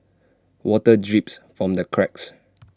water drips from the cracks